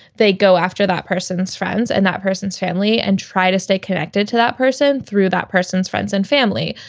they go after that person's friends and that person's family and try to stay connected to that person through that person's friends and family.